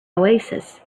oasis